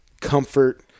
comfort